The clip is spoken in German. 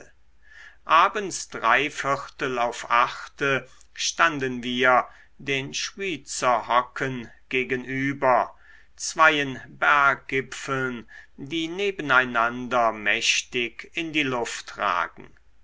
abends auf achte standen wir den schwyzer hocken gegenüber zweien berggipfeln die nebeneinander mächtig in die luft ragen